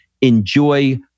enjoy